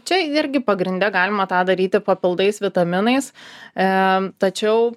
čia nirgi pagrinde galima tą daryti papildais vitaminais em tačiau